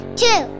two